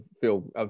feel